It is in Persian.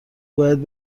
باید